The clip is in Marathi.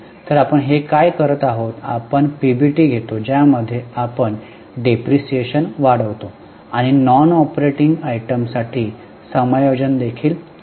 तर आपण हे करत आहोत की आपण पीबीटी घेतो ज्यामध्ये आपण डेप्रिसिएशन वाढवितो आणि नॉन ऑपरेटिंग आयटमसाठी समायोजन देखील करतो